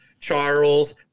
Charles